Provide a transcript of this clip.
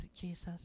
Jesus